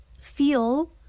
feel